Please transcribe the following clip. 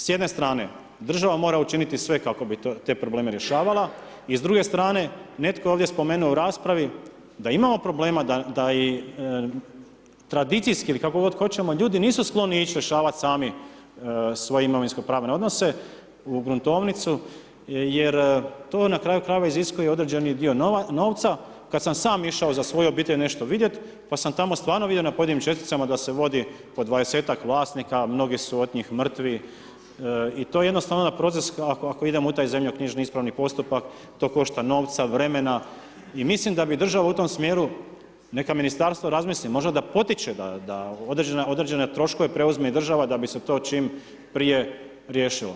S jedne strane država mora učiniti sve kako bi te probleme rješavala i s druge strane, netko je ovdje spomenuo u raspravi, da imamo problema, da i tradicijski ili kako god hoćemo ljudi nisu skloni ići rješavati sami svoje imovinsko pravne odnose u gruntovnicu, jer to na kraju krajeva, iziskuje određeni dio novaca, kada sam sam išao za svoju obitelj nešto vidjeti, pa sam tamo stvarno vidio na pojedinim česticama, da se vodi po 20-tak vlasnika, mnogi su od njih mrtvi i to je jednostavno onda proces, ako idemo u taj zemljo knjižni ispravni postupak, to košta novca, vremena i mislim da bi država u tom smjeru, neka ministarstvo razmisli, možda da potiče, da određene troškove preuzme i država da bi se to čim prije riješio.